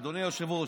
אדוני היושב-ראש,